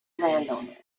landowner